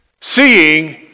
seeing